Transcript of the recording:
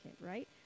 right